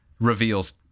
reveals